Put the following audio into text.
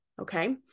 okay